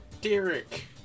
Derek